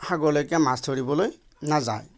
সাগৰলৈকে মাছ ধৰিবলৈ নাযায়